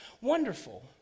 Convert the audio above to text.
wonderful